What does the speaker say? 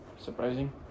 surprising